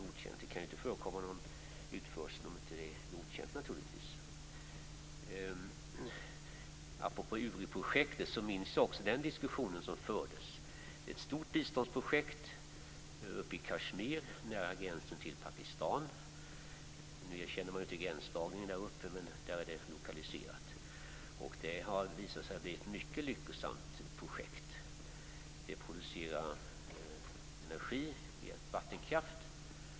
Naturligtvis kan ingen utförsel förekomma som inte är godkänd. Apropå URI-projektet minns också jag den diskussion som fördes. Det handlade om ett stort biståndsprojekt uppe i Kashmir, nära gränsen till Pakistan. Gränsdragningen där uppe är ju inte erkänd, men projektet var lokaliserat dit. Det har visat sig vara ett mycket lyckosamt projekt. Man producerar energi via vattenkraft.